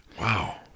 Wow